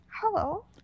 Hello